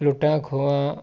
ਲੁੱਟਾਂ ਖੋਹਾਂ